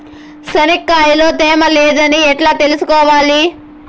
చెనక్కాయ లో తేమ లేదని ఎట్లా తెలుసుకోవాలి?